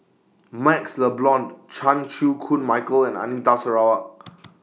MaxLe Blond Chan Chew Koon Michael and Anita Sarawak